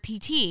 PT